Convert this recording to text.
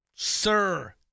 Sir